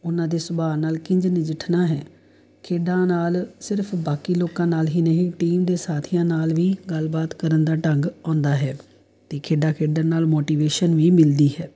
ਉਹਨਾਂ ਦੇ ਸੁਭਾਅ ਨਾਲ ਕਿੰਝ ਨਜਿੱਠਣਾ ਹੈ ਖੇਡਾਂ ਨਾਲ ਸਿਰਫ਼ ਬਾਕੀ ਲੋਕਾਂ ਨਾਲ ਹੀ ਨਹੀਂ ਟੀਮ ਦੇ ਸਾਥੀਆਂ ਨਾਲ ਵੀ ਗੱਲਬਾਤ ਕਰਨ ਦਾ ਢੰਗ ਆਉਂਦਾ ਹੈ ਅਤੇ ਖੇਡਾਂ ਖੇਡਣ ਨਾਲ ਮੋਟੀਵੇਸ਼ਨ ਵੀ ਮਿਲਦੀ ਹੈ